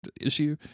issue